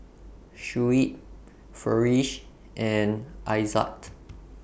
Shuib Farish and Aizat